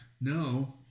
No